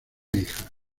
hija